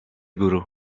guru